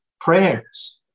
prayers